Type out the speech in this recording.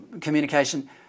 communication